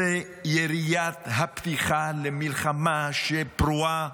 זו יריית הפתיחה למלחמה פרועה